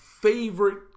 favorite